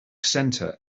center